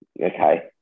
okay